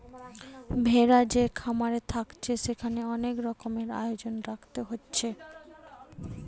ভেড়া যে খামারে থাকছে সেখানে অনেক রকমের আয়োজন রাখতে হচ্ছে